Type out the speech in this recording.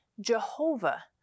Jehovah